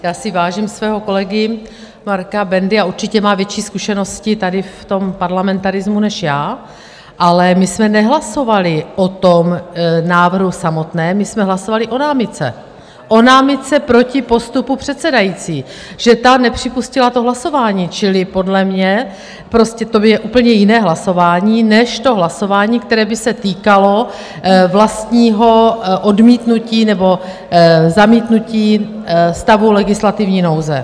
Já si vážím svého kolegy Marka Bendy a určitě má větší zkušenosti tady v parlamentarismu než já, ale my jsme nehlasovali o tom návrhu samotném, my jsme hlasovali o námitce o námitce proti postupu předsedající, že ta nepřipustila to hlasování, čili podle mě prostě to je úplně jiné hlasování než to hlasování, které by se týkalo vlastního odmítnutí nebo zamítnutí stavu legislativní nouze.